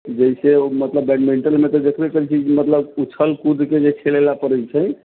जैसे मतलब बैटमिंटन मतलब ऊछल कूद के खेलैला परै छै